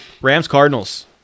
Rams-Cardinals